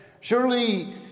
Surely